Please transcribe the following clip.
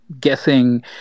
guessing